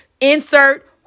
insert